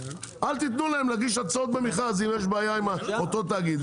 אל תיתנו להם להגיש הצעות במכרז אם יש בעיה עם אותו תאגיד.